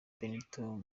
benito